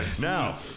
Now